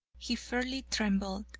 he fairly trembled,